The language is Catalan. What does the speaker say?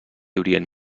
orient